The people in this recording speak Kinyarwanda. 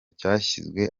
cyashyizwe